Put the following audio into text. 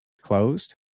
closed